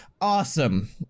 awesome